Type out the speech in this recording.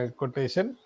quotation